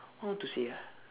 how to say ah